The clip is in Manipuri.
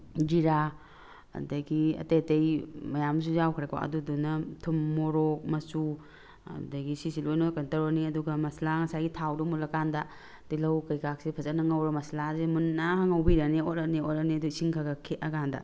ꯖꯤꯔꯥ ꯑꯗꯒꯤ ꯑꯇꯩ ꯑꯇꯩ ꯃꯌꯥꯝꯁꯨ ꯌꯥꯎꯈ꯭ꯔꯦꯀꯣ ꯑꯗꯨꯗꯨꯅ ꯊꯨꯝ ꯃꯣꯔꯣꯛ ꯃꯆꯨ ꯑꯗꯒꯤ ꯁꯤꯁꯦ ꯂꯣꯏꯅꯃꯛ ꯀꯩꯅꯣ ꯇꯧꯔꯅꯤ ꯑꯗꯨꯒ ꯃꯁꯂꯥ ꯉꯁꯥꯏꯒꯤ ꯊꯥꯎꯗꯣ ꯃꯨꯜꯂꯀꯥꯟꯗ ꯇꯤꯜꯂꯧ ꯀꯩꯀꯥꯁꯦ ꯐꯖꯅ ꯉꯧꯔꯒ ꯃꯁꯂꯥꯁꯦ ꯃꯨꯟꯅ ꯉꯧꯕꯤꯔꯅꯤ ꯑꯣꯠꯂꯅꯤ ꯑꯣꯠꯂꯅꯤ ꯑꯗꯨ ꯏꯁꯤꯡ ꯈꯔ ꯈꯔ ꯈꯤꯛꯑꯀꯥꯟꯗ